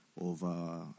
over